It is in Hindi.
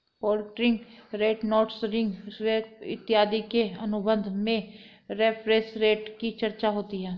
floating rate notes ring swap इत्यादि के अनुबंध में रेफरेंस रेट की चर्चा होती है